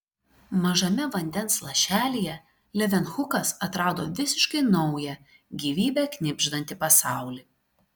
mažame vandens lašelyje levenhukas atrado visiškai naują gyvybe knibždantį pasaulį